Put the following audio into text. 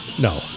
No